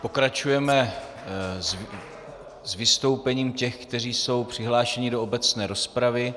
Pokračujeme s vystoupením těch, kteří jsou přihlášeni do obecné rozpravy.